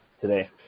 today